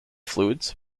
fluids